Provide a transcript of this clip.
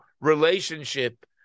relationship